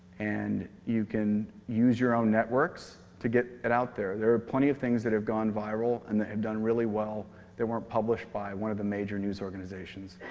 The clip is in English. and you can use your own networks to get it out. there there are plenty of things that have gone viral and that have done really well that weren't published by one of the major news organizations.